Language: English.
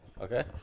Okay